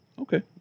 Okay